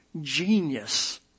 genius